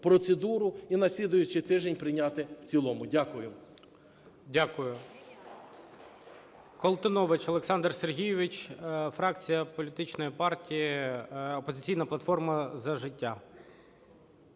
і на слідуючий тиждень прийняти в цілому. Дякую.